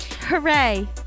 Hooray